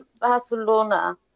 Barcelona